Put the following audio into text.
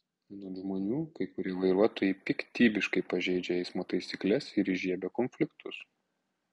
anot žmonių kai kurie vairuotojai piktybiškai pažeidžia eismo taisykles ir įžiebia konfliktus